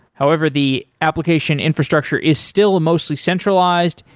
however, the application infrastructure is still mostly centralized.